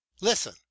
Listen